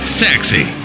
sexy